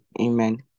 amen